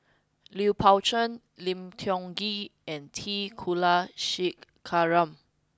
Lui Pao Chuen Lim Tiong Ghee and T Kulasekaram